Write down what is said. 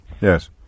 yes